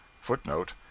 Footnote